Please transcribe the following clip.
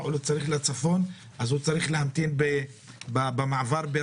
אז הוא ממילא נכנס לנו לתוך